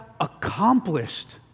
accomplished